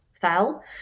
fell